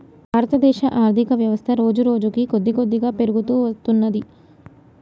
భారతదేశ ఆర్ధికవ్యవస్థ రోజురోజుకీ కొద్దికొద్దిగా పెరుగుతూ వత్తున్నది